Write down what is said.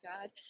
God